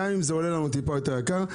גם אם זה עולה לנו טיפה יותר יקר.